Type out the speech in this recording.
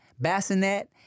bassinet